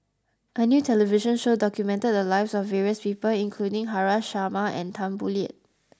a new television show documented the lives of various people including Haresh Sharma and Tan Boo Liat